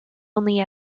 only